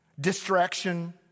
distraction